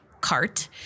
cart